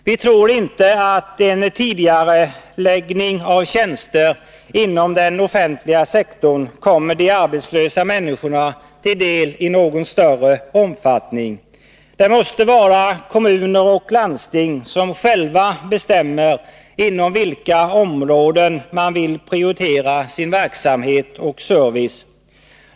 Vi tror inte att en tidigareläggning av tjänster inom den offentliga sektorn kommer de arbetslösa människorna till del i någon större omfattning. Det måste vara kommuner och landsting som själva bestämmer inom vilka områden man vill prioritera sin verksamhet och service.